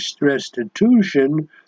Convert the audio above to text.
restitution